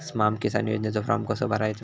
स्माम किसान योजनेचो फॉर्म कसो भरायचो?